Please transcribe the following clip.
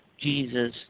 Jesus